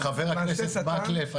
חבר הכנסת מקלב,